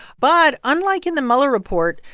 but unlike in the mueller report,